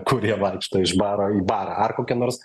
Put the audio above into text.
kurie vaikšto iš baro į barą ar kokie nors